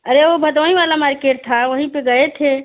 अरे वो भदोंही वाला मार्केट था वहीं पर गये थे